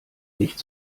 nicht